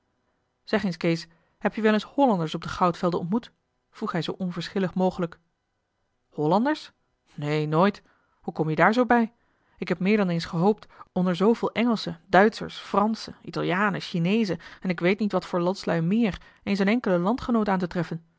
zeg eens kees heb je wel eens hollanders op de goudvelden ontmoet vroeg hij zoo onverschillig mogelijk hollanders neen nooit hoe kom je daar zoo bij ik heb meer dan eens gehoopt onder zooveel engelschen duitschers franschen italianen chineezen en ik weet niet wat voor landslui meer eens een enkelen landgenoot aan te treffen